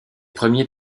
premiers